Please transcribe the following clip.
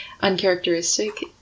uncharacteristic